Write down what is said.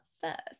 first